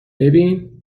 ببین